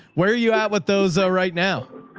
where are you at with those though right now?